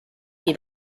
qui